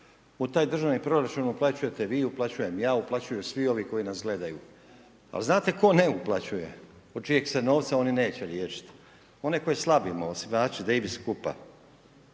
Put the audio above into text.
U taj državni proračun uplaćujete vi, uplaćujem ja, uplaćuju svi oni koji nas gledaju, ali znate tko ne uplaćuju, od čijeg se novca oni neće liječiti? Oni koje slavimo, osvajači Davis Cup-a,